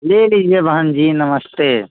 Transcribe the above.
ले लीजिए बहन जी नमस्ते